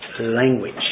language